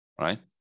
right